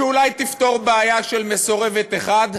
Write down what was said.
שאולי תפתור בעיה של מסורבת אחת,